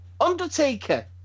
Undertaker